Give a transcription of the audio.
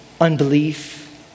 unbelief